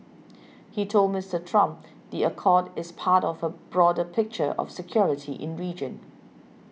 he told Mister Trump the accord is part of a broader picture of security in region